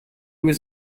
was